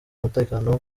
umutekano